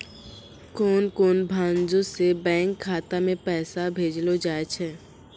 कोन कोन भांजो से बैंक खाता मे पैसा भेजलो जाय छै?